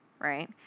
right